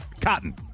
cotton